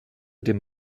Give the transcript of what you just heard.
dem